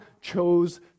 chose